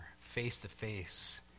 face-to-face